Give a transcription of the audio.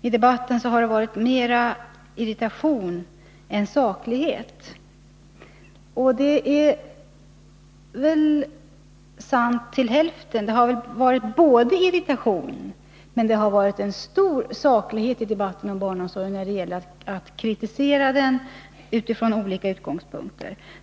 i debatten varit mera irritation än saklighet. Det är väl sant till hälften. Det har varit irritation, men det har också varit en stor saklighet i debatten om barnomsorgen när det gäller att kritisera det förslag som framlagts från olika utgångspunkter.